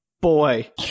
boy